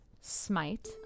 Smite